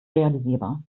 realisierbar